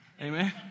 Amen